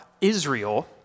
Israel